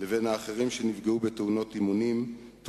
לבין האחרים שנפגעו בתאונות אימונים או